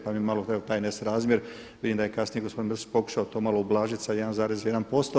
Pa mi evo malo taj nesrazmjer vidim da je kasnije gospodin Mrsić pokušao to malo ublažiti sa 1,1%